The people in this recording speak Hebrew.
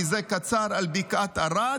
כי זה קצר על בקעת ערד,